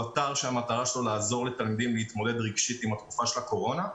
הוא אתר שהמטרה שלו לעזור לתלמידים להתמודד רגשית בתקופה של הקורונה.